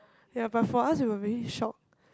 ya but for us we were really shocked